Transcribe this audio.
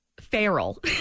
feral